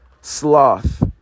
Sloth